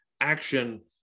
action